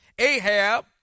Ahab